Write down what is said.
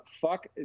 fuck